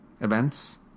events